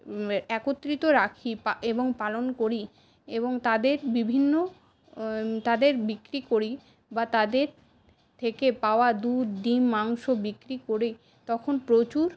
একত্রিত রাখি এবং পালন করি এবং তাদের বিভিন্ন তাদের বিক্রি করি বা তাদের থেকে পাওয়া দুধ ডিম মাংস বিক্রি করি তখন প্রচুর